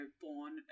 born